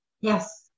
yes